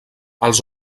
els